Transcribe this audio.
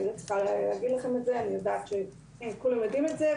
אני לא צריכה לומר את זה כי כולם יודעים זאת.